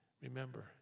remember